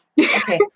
Okay